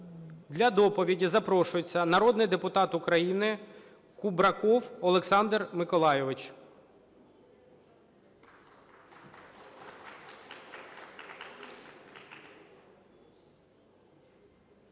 Для доповіді запрошується народний депутат України Кубраков Олександр Миколайович.